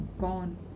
gone